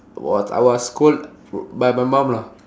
was I was scold by my mom lah